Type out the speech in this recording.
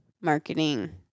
marketing